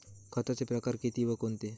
खताचे प्रकार किती व कोणते?